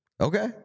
okay